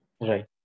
Right